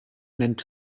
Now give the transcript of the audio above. nennt